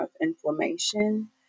inflammation